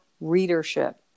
readership